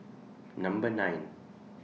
Number nine